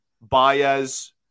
Baez